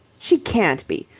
she can't be.